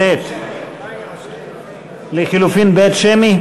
קבוצת סיעת ש"ס,